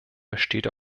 besteht